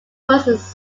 was